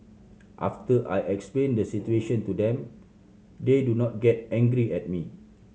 after I explain the situation to them they do not get angry at me